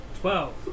twelve